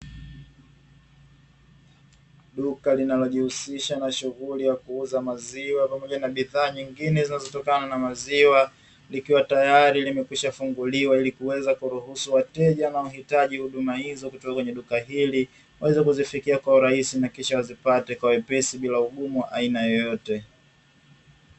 Duka linalojishughulisha na shughuli ya kuuza maziwa pamoja na bidhaa zingine zinazotokana na maziwa, limeshafunguliwa ili kuweza kuruhusu wateja wanaohitaji huduma hizo kutoka kwenye duka hili waweze kuzifikia kwa urahisi na kisha wazipate kwa wepesi bila ugumu wa aina yeyote.